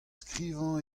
skrivañ